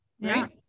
right